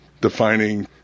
defining